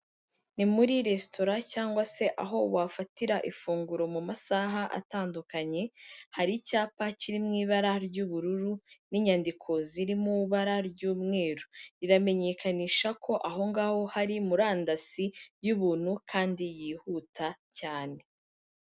Ni muri resitora cyangwa se aho wafatira ifunguro mu masaha atandukanye; hari icyapa kiri mu ibara ry'ubururu n'inyandiko ziri mu ibara ry'umweru; riramenyekanisha ko ahongaho hari murandasi y'ubuntu kandi yihuta cyane.